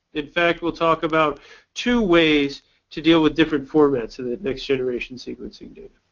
in fact, we'll talk about two ways to deal with different formats in the next-generation sequencing data.